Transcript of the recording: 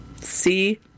See